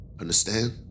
Understand